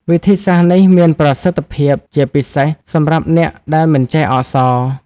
វិធីសាស្ត្រនេះមានប្រសិទ្ធភាពជាពិសេសសម្រាប់អ្នកដែលមិនចេះអក្សរ ។